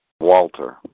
Walter